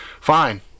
Fine